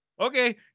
okay